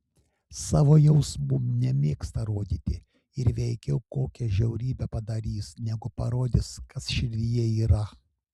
savo jausmų nemėgsta rodyti ir veikiau kokią žiaurybę padarys negu parodys kas širdyje yra